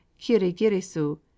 kirigirisu